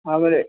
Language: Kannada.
ಆಮೇಲೆ